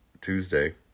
Tuesday